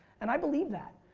and i believe that.